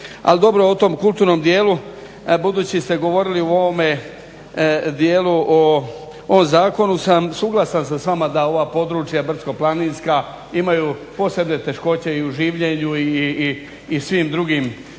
dobro o tom kulturnom djelu budući ste govorili o ovome dijelu o Zakonu sam suglasan sam s vama da ova područja brdsko planinska imaju posebne teškoće i u življenju i svim drugim teškoćama